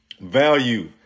Value